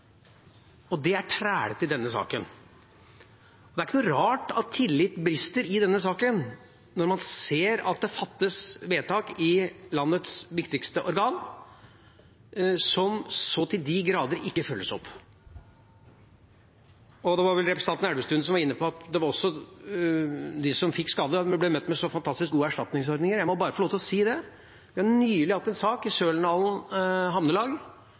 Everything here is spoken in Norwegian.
Det er det som er trælete i denne saken. Det er ikke noe rart at tillit brister i denne saken når man ser at det fattes vedtak i landets viktigste organ som så til de grader ikke følges opp. Det var vel representanten Elvestuen som var inne på at de som fikk skade, ble møtt med så fantastisk gode erstatningsordninger. Da må jeg bare få lov til å si at vi har nylig hatt en sak i Sølendalen Havnelag,